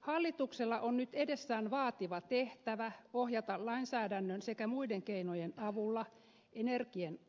hallituksella on nyt edessään vaativa tehtävä ohjata lainsäädännön sekä muiden keinojen avulla